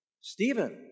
Stephen